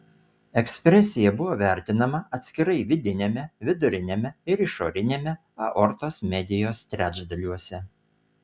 ekspresija buvo vertinama atskirai vidiniame viduriniame ir išoriniame aortos medijos trečdaliuose